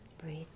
Breathe